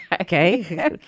Okay